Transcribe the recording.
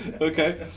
Okay